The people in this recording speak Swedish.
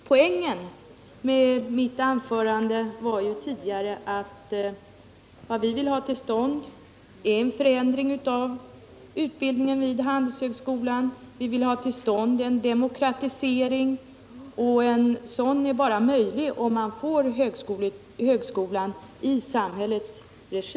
Poängen med mitt anförande tidigare var att vi vill få till stånd en förändring av utbildningen vid Handelshögskolan. Vi vill få till stånd en demokratisering, och en sådan är bara möjlig om man får högskolan i samhällets regi.